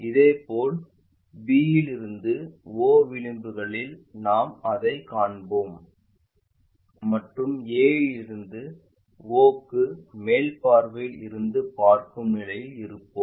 இதேபோல் b to o விளிம்பில் நாம் அதைக் காண்போம் மற்றும் a to o க்கு மேல் பார்வையில் இருந்து பார்க்கும் நிலையில் இருப்போம்